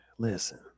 Listen